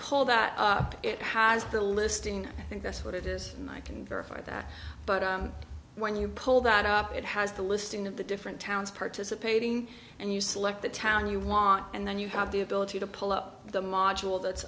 pull that up it has the listing i think that's what it is and i can verify that but when you pull that up it has the listing of the different towns participating and you select the town you want and then you have the ability to pull up the module that's